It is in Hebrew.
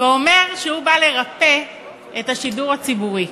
אומר שהוא בא לרפא את השידור הציבורי.